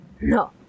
No